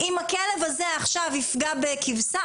אם הכלב הזה עכשיו יפגע בכבשה,